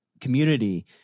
community